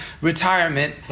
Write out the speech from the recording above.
retirement